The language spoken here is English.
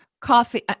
coffee